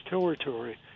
territory